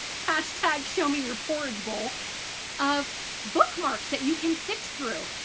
hashtag show me your porridge bowl of bookmarks that you can sift through,